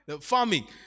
Farming